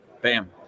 Bam